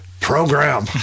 program